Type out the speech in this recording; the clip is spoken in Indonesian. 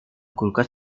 kulkas